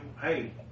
hey